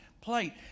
plate